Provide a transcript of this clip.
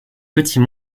petit